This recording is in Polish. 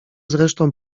zresztą